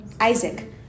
Isaac